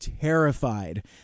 terrified